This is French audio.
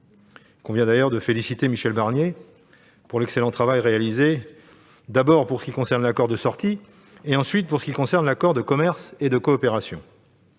Il convient de féliciter Michel Barnier de l'excellent travail réalisé, d'abord pour ce qui concerne l'accord de sortie, et ensuite pour ce qui concerne l'accord de commerce et de coopération.